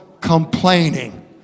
Complaining